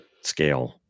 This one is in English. scale